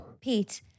Pete